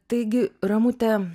taigi ramute